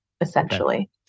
essentially